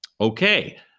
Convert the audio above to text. Okay